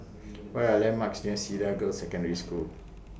What Are The landmarks near Cedar Girls' Secondary School